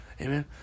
Amen